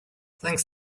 thanks